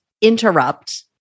interrupt